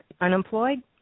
Unemployed